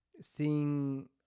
seeing